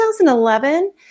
2011